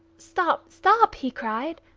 stop, stop! he cried.